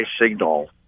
signal